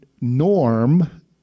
norm